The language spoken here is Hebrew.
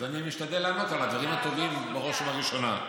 אז אני משתדל לענות על הדברים הטובים בראש ובראשונה.